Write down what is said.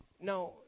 now